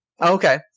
Okay